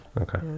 Okay